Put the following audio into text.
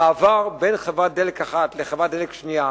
המעבר מחברת דלק אחת לחברת דלק שנייה